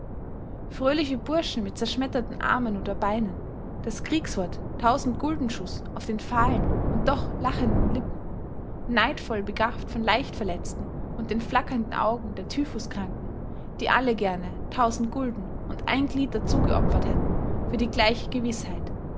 fröhliche burschen mit zerschmetterten armen oder beinen das kriegswort tausendguldenschuß auf den fahlen und doch lachenden lippen neidvoll begafft von leichtverletzten und den flackernden augen der typhuskranken die alle gerne tausend gulden und ein glied dazugeopfert hätten für die gleiche gewißheit